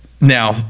Now